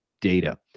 data